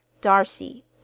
Darcy